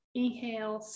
inhale